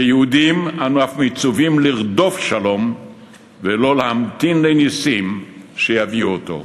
כיהודים אנו אף מצווים לרדוף שלום ולא להמתין לנסים שיביאו אותו.